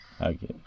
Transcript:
Okay